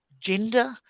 gender